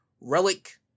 relic